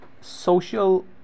social